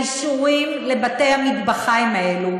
האישורים לבתי-המטבחיים האלו